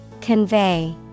Convey